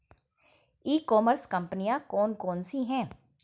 ई commerce कंपनियाँ कौन कौन सी हैं?